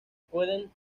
pueden